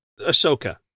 Ahsoka